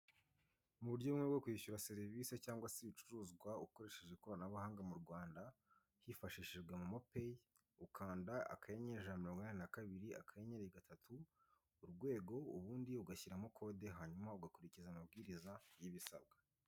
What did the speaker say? Mu buryo bumwe bwo kwishyura serivisi cyangwa se ibicuruzwa ukoresheje ikoranabuhanga mu Rwanda, hifashishijwe Momo peyi, ukanda akanyenyeri ijana na mirongo inani na kabiri, akanyenyeri gatatu, urwego, ubundi ugashyiramo kode, hanyuma ugakurikiza amabwiriza y'ibisabwa.